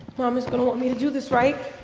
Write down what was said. mama's gonna want me to do this right.